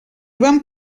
van